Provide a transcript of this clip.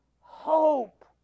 Hope